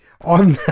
on